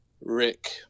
Rick